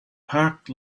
park